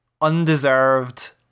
undeserved